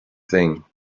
thing